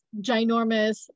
ginormous